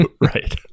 right